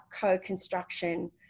co-construction